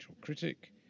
critic